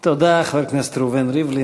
תודה, חבר הכנסת ראובן ריבלין.